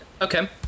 Okay